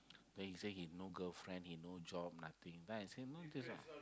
then he say he no girlfriend he no job nothing then I say no